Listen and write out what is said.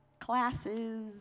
classes